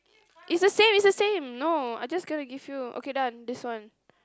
is the same is the same no I just cannot give you okay done this one